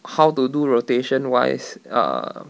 how to do rotation wise err